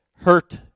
hurt